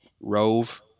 rove